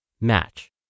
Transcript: match